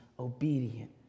obedient